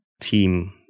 team